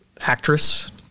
actress